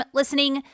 listening